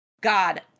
God